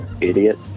idiot